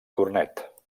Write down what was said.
cornet